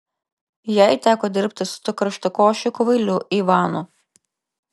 jai teko dirbti su tuo karštakošiu kvailiu ivanu